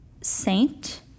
Saint